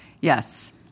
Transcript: yes